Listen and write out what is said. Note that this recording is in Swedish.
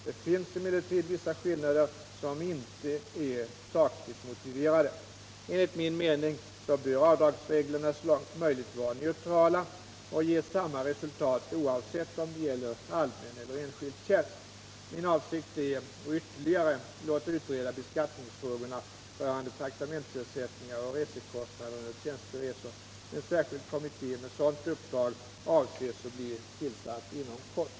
Det finns emellertid vissa skillnader som inte är sakligt motiverade. Enligt min mening bör avdragsreglerna så långt möjligt vara neutrala och ge samma resultat oavsett om det gäller allmän eller enskild tjänst. Min avsikt är att ytterligare låta utreda beskattningsfrågorna rörande traktamentsersättningar och resekostnader under tjänsteresor. En särskild kommitté med sådant uppdrag avses bli tillsatt inom kort.